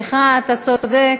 אני, סליחה, אתה צודק.